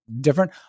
different